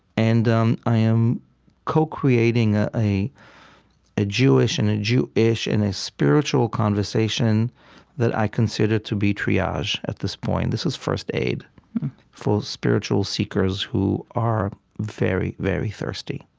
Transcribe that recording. and um i am co-creating ah a ah jewish and a jew-ish and a spiritual conversation that i consider to be triage, at this point. this is first aid for spiritual seekers who are very, very thirsty